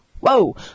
Whoa